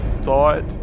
thought